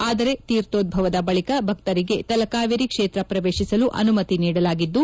ಆದರೆ ತೀರ್ಥೋಧ್ವವದ ಬಳಿಕ ಭಕ್ತರಿಗೆ ತಲಕಾವೇರಿ ಕ್ಷೇತ್ರ ಪ್ರವೇತಿಸಲು ಅನುಮತಿ ನೀಡಲಾಗಿದ್ದು